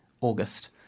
August